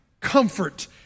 comfort